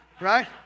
Right